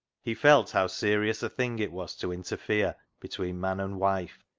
he felt how serious a thing it was to interfere between man and wife.